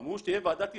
אמרו שתהיה ועדת יישום.